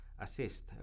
assist